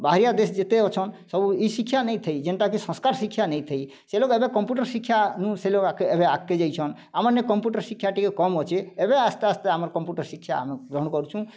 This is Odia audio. ବାହାରିଆ ଦେଶ ଯେତେ ଅଛନ୍ ସବୁ ଏ ଶିକ୍ଷା ନେଇ ଥେଇ ଯେନ୍ତାକି ସଂସ୍କାର ଶିକ୍ଷା ନେଇ ଥେଇ ସେ ଲୁକ୍ ଏବେ କମ୍ପ୍ୟୁଟର ଶିକ୍ଷା ନୁ ସେ ଲୁକ୍ ଏବେ ଆଗାକେ ଯାଇଛନ୍ ଆମରନେ କମ୍ପ୍ୟୁଟର ଶିକ୍ଷା ଟିକିଏ କମ୍ ଅଛି ଏବେ ଆସ୍ତେ ଆସ୍ତେ ଆମର କମ୍ପ୍ୟୁଟର ଶିକ୍ଷା ଆମେ ଗ୍ରହଣ କରୁଛୁ